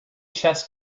chess